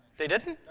they didn't?